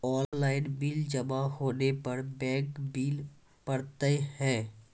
Online bill जमा होने पर बैंक बिल पड़तैत हैं?